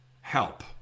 help